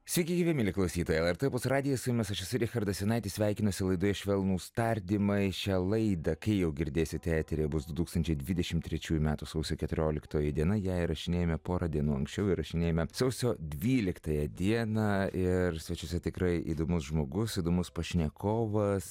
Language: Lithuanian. sveiki gyvi mieli klausytojai lrt opus radijas su jumis aš esu richardas jonaitis sveikinuosi laidoje švelnūs tardymai šią laidą kai jau girdėsite eteryje bus du tūkstančiai dvidešim trečiųjų metų sausio keturioliktoji diena ją įrašinėjame pora dienų anksčiau įrašinėjame sausio dvyliktąją dieną ir svečiuose tikrai įdomus žmogus įdomus pašnekovas